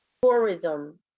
tourism